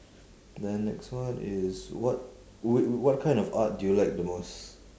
then next one is what what what kind of art do you like the most